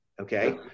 okay